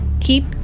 keep